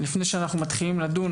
לפני שאנחנו מתחילים לדון,